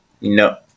no